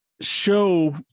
show